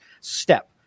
step